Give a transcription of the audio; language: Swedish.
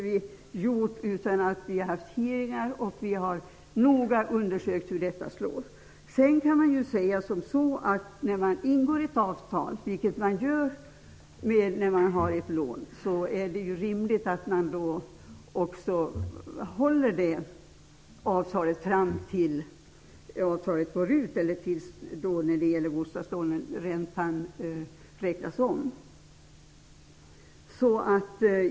Vi har haft hearingar och vi har noga undersökt hur detta slår. När man ingår ett avtal, vilket man ju gör när man tar ett lån, är det rimligt att man håller avtalet tills avtalet går ut eller, när det gäller bostadslåneräntan, tills räntan räknas om.